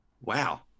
wow